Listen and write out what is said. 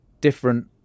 different